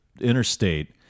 Interstate